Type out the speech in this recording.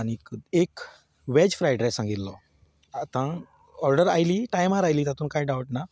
आनी एक veg fried rice सांगिल्लो आतां ऑर्डर आयली टायमार आयली तातूंत काय डावट ना